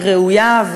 היא ראויה,